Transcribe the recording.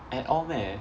at all meh